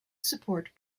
support